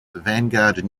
vanguard